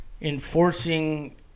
enforcing